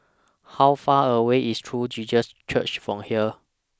How Far away IS True Jesus Church from here